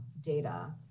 data